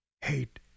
hate